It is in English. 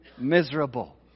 miserable